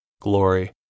glory